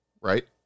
right